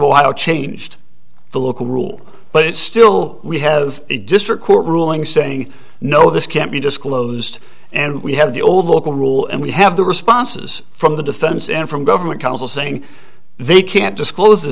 out changed the local rule but it still we have a district court ruling saying no this can't be disclosed and we have the old local rule and we have the responses from the defense and from government counsel saying they can't disclose th